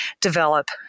develop